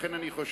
לכן אני חושב,